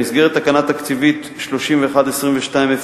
במסגרת תקנה תקציבית 31-22-02,